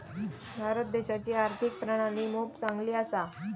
भारत देशाची आर्थिक प्रणाली मोप चांगली असा